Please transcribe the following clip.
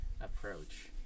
approach